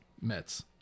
Mets